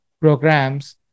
programs